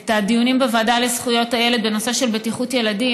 את הדיונים בוועדה לזכויות הילד בנושא של בטיחות ילדים.